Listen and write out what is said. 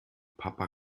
papa